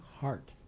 heart